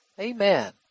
Amen